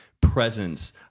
presence